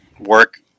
Work